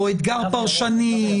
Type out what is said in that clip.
או אתגר פרשני,